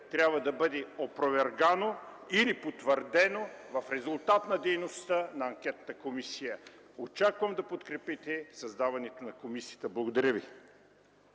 трябва да бъде опровергано или потвърдено в резултат на дейността на анкетната комисия. Очаквам да подкрепите създаването на комисията. Благодаря ви.